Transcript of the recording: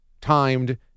timed